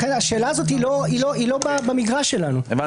השאלה הזאת היא לא במגרש שלנו.